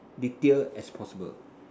detail as possible